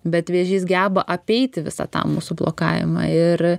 bet vėžys geba apeiti visą tą mūsų blokavimą ir